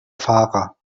fahrer